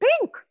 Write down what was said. pink